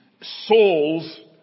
Saul's